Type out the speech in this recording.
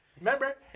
Remember